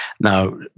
Now